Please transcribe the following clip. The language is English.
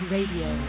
Radio